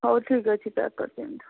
ହଉ ଠିକ୍ ଅଛି ପ୍ୟାକ୍ କରିଦିଅନ୍ତୁ